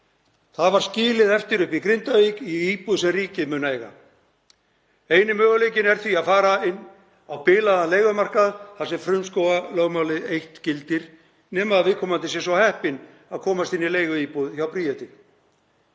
Það var skilið eftir í Grindavík í íbúð sem ríkið mun eiga. Eini möguleikinn er því að fara inn á bilaðan leigumarkað þar sem frumskógarlögmálið eitt gildir nema viðkomandi sé svo heppinn að komast inn í leiguíbúð hjá Bríeti.